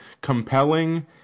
compelling